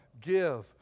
Give